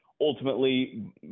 ultimately